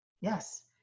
Yes